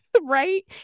Right